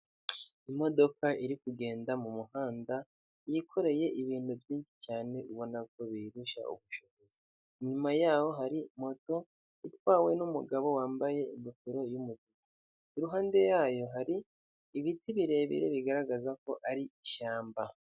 Imodoka iri kugenda mu muhanda yikoreye ibintu byinshi cyane ubona ko biyirusha ubushobozi, inyuma yaho hari moto itwawe n'umugabo wambaye ingofero y'umutuku, iruhande yayo hari ibiti birebire bigaragaza ko ari ishyamba.